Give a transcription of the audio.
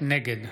נגד